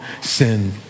sin